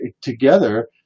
together